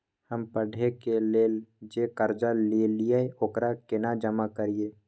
हम पढ़े के लेल जे कर्जा ललिये ओकरा केना जमा करिए?